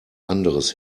anderes